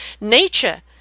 Nature